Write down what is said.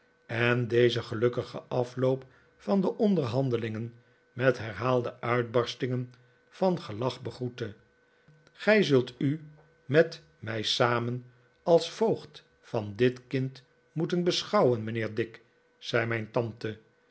en dezen gelukkigen afloop van de onderhandelingen met herhaalde uitbarstingen van gelach begroette gij zult u nu met mij samen als voogd van dit kind moeten beschouwen mijnheer dick zei mijn tante